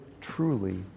truly